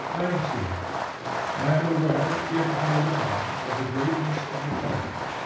i see it i am aware, if i alone, of the greatness of the fact.